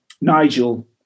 Nigel